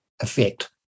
effect